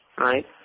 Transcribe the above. Right